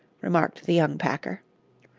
remarked the young packer.